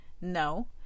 no